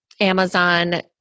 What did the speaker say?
Amazon